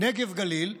"נגב וגליל",